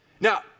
Now